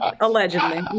allegedly